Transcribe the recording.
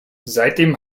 seitdem